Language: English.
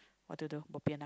what to do bo pian lah